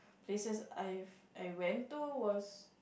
places I've I went to was